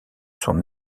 son